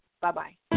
Bye-bye